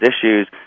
issues